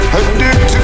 addicted